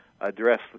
address